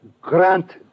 Grant